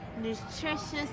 nutritious